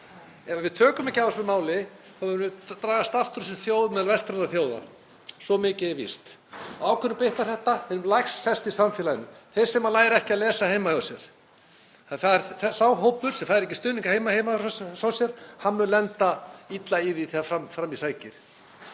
Ef við tökum ekki á þessu máli munum við dragast aftur úr sem þjóð meðal vestrænna þjóða, svo mikið er víst. Á hverjum bitnar þetta? Hinum lægst settu í samfélaginu, þeim sem læra ekki að lesa heima hjá sér. Það er sá hópur sem fær ekki stuðning heima hjá sér, hann mun lenda illa í því þegar fram í sækir.